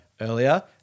Earlier